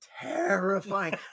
terrifying